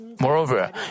Moreover